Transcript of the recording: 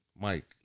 Mike